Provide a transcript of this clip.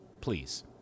please